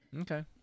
Okay